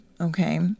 okay